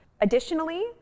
Additionally